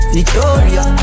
Victoria